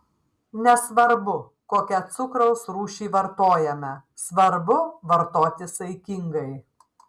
nesvarbu kokią cukraus rūšį vartojame svarbu vartoti saikingai